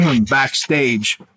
backstage